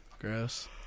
Gross